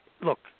look